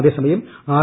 അതേസമയം ആർ